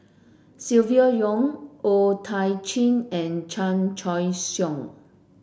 Silvia Yong O Thiam Chin and Chan Choy Siong